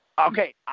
okay